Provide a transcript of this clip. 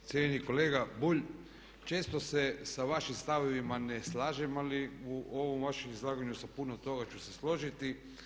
Cijenjeni kolega Bulj, često se sa vašim stavovima ne slažem ali u ovom vašem izlaganju sa puno toga ću se složiti.